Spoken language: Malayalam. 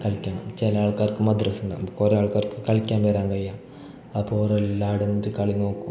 കളിക്കണം ചില ആൾക്കാർക്ക് മഡ്രസ്സ ഉണ്ടാകും ഇപ്പം കുറേ ആൾക്കാർക്ക് കളിയ്ക്കാൻ വരാൻ വയ്യ അപ്പം ഓരെല്ലാം ആടെ നിന്നിട്ട് കളി നോക്കും